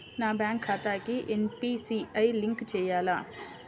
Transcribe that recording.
నా బ్యాంక్ ఖాతాకి NPCI link చేయాలా?